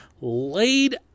laid